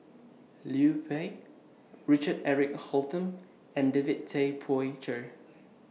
Liu Peihe Richard Eric Holttum and David Tay Poey Cher